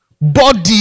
body